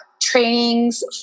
trainings